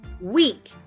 week